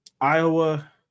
Iowa